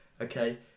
Okay